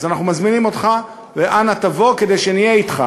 אז אנחנו מזמינים אותך, ואנא תבוא, כדי שנהיה אתך.